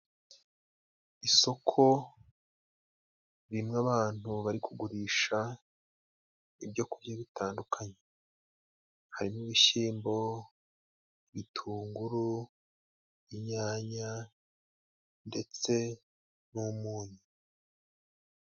Isoko ririmwo abantu bari kugurisha ibyokurya bitandukanye harimo ibishyimbo, bitunguru, inyanya ndetse n'umunyu.